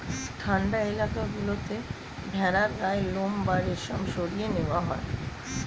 ঠান্ডা এলাকা গুলোতে ভেড়ার গায়ের লোম বা রেশম সরিয়ে নেওয়া হয়